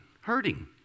hurting